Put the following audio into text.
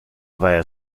via